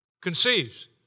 conceives